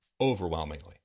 overwhelmingly